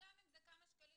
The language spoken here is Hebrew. גם אם זה כמה שקלים,